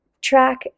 track